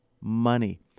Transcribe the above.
money